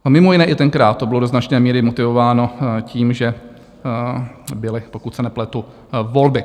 A mimo jiné i tenkrát to bylo do značné míry motivováno tím, že byly, pokud se nepletu, volby.